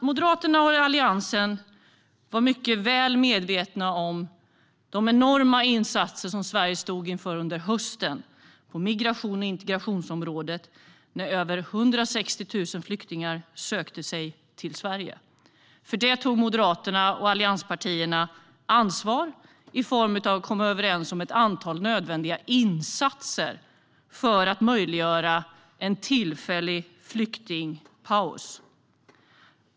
Moderaterna och Alliansen var mycket väl medvetna om de enorma insatser på migrations och integrationsområdet som Sverige stod inför när över 160 000 flyktingar sökte sig hit under hösten. För det tog Moderaterna och allianspartierna ansvar genom att komma överens om ett antal nödvändiga insatser för att möjliggöra en tillfällig flyktingpaus.